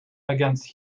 against